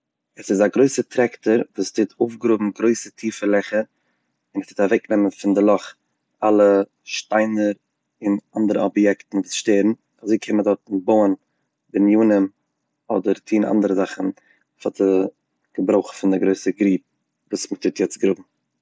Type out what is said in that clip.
עס איז א גרויסע טרעקטאר וואס טוט אויפגראבן גרויסע טיפע לעכער און עס טוט אוועקנעמען פון די לאך אלע שטיינער און אנדערע אביעקטן וואס שטערן אזוי קען מען דארטן בויען בנינים אדער טון אנדערע זאכן פאר די געברויך פון א גרויסע גרוב וואס מען טוט יעצט גראבן.